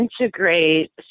integrate